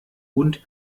und